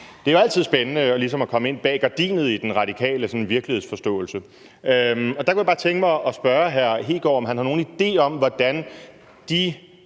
Det er jo altid spændende ligesom at komme ind bag gardinet i den radikale virkelighedsforståelse. Der kunne jeg godt tænke mig at spørge hr. Kristian Hegaard, om han har nogen idé om, hvordan det